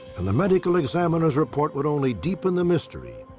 and the medical examiner's report would only deepen the mystery.